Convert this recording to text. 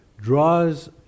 draws